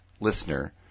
listener